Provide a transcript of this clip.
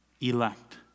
Elect